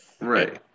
right